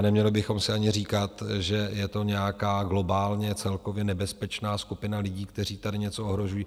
Neměli bychom si ani říkat, že je to nějaká globálně celkově nebezpečná skupina lidí, kteří tady něco ohrožují.